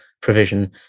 provision